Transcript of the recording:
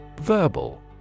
Verbal